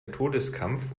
todeskampf